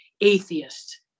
atheist